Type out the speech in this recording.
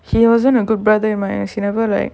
he wasn't a good brother in my eyes he never like